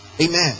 Amen